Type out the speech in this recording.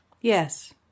Yes